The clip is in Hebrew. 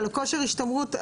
אבל כושר השתמרות,